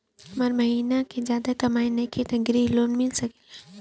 हमर महीना के ज्यादा कमाई नईखे त ग्रिहऽ लोन मिल सकेला?